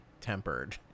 tempered